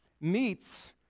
meets